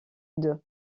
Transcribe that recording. d’eux